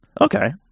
Okay